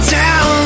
down